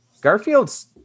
Garfield's